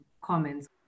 comments